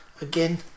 again